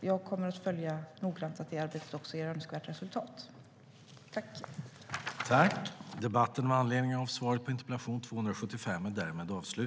Jag kommer noggrant att följa att det arbetet också ger önskvärt resultat.